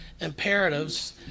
imperatives